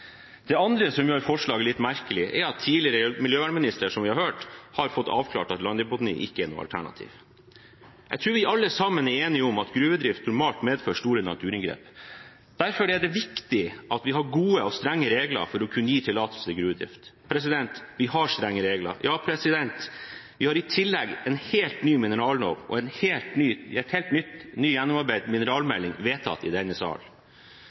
Det andre som gjør forslaget litt merkelig, er at en tidligere miljøvernminister, som vi har hørt, har fått avklart at landdeponi ikke er noe alternativ. Jeg tror vi alle sammen er enige om at gruvedrift normalt medfører store naturinngrep. Derfor er det viktig at vi har gode og strenge regler for å kunne gi tillatelse til gruvedrift. Vi har strenge regler. Ja, vi har i tillegg en helt ny minerallov og en helt ny, gjennomarbeidet mineralmelding vedtatt i denne sal. De beslutningene som har kommet i denne